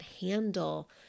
handle